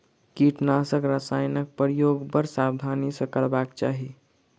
कीटनाशक रसायनक प्रयोग बड़ सावधानी सॅ करबाक चाही